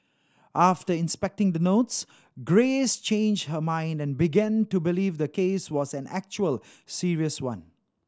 after inspecting the notes Grace changed her mind and began to believe the case was an actual serious one